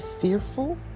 fearful